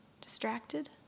distracted